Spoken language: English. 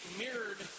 mirrored